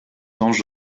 anges